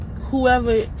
whoever